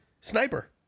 Sniper